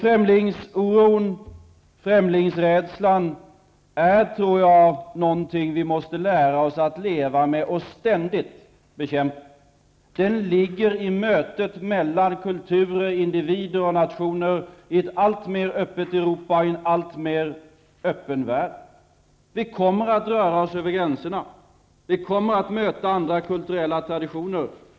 Främlingsoron och främlingsrädslan är nog någonting som vi måste lära oss att leva med och ständigt bekämpa. Det ligger i mötet mellan kulturer, individer och nationer i ett alltmer öppet Europa och i en alltmer öppen värld. Vi kommer att röra oss över gränserna, och vi kommer att möta andra kulturella traditioner.